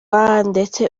ndetse